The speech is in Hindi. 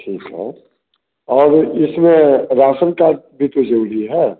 ठीक है और इसमें राशन कार्ड भी तो ज़रूरी है